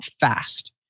fast